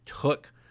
took